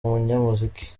umunyamuziki